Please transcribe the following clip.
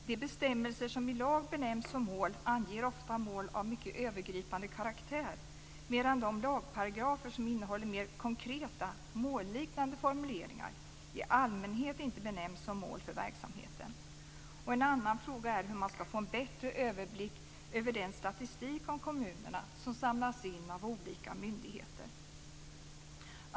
De bestämmelser som i lag benämns som mål anger ofta mål av mycket övergripande karaktär, medan de lagparagrafer som innehåller mer konkreta, målliknande formuleringar i allmänhet inte benämns som mål för verksamheten. En annan fråga är hur man ska få en bättre överblick över den statistik om kommunerna som samlas in av olika myndigheter.